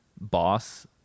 boss